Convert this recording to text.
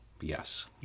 Yes